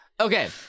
Okay